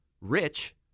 rich